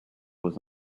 was